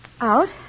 Out